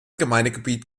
gemeindegebiet